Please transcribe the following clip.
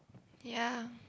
ya